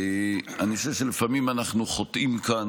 אני חושב שלפעמים אנחנו חוטאים כאן.